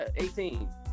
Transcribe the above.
18